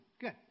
Good